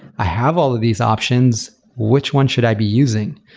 i have all of these options. which one should i be using?